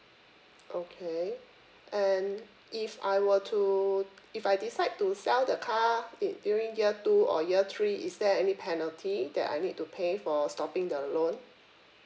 okay and if I were to if I decide to sell the car it during year two or year three is there any penalty that I need to pay for stopping the loan